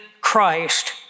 Christ